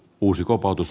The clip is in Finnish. uusi kopautus